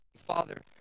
Father